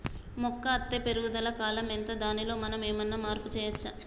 మొక్క అత్తే పెరుగుదల కాలం ఎంత దానిలో మనం ఏమన్నా మార్పు చేయచ్చా?